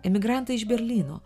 emigrantai iš berlyno